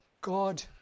God